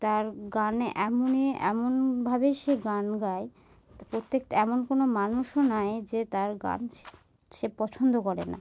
তার গানে এমনই এমনভাবেই সে গান গায় প্রত্যেকটা এমন কোনো মানুষও নয় যে তার গান সে পছন্দ করে না